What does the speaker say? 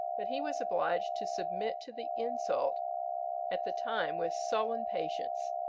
but he was obliged to submit to the insult at the time with sullen patience,